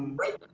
right?